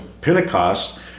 Pentecost